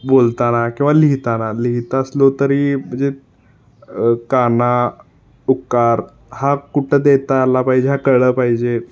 बोलताना किंवा लिहिताना लिहित असलो तरी म्हणजे काना उकार हा कुठं देता आला पाहिजे हा कळला पाहिजे